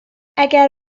اگر